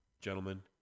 Gentlemen